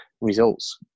results